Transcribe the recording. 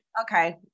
Okay